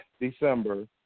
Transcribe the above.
December